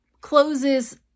closes